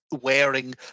wearing